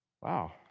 Wow